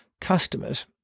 customers